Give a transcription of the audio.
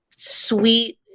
Sweet